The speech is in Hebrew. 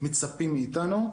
שמצפים מאתנו.